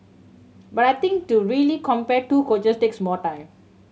but I think to really compare two coaches takes more time